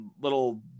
little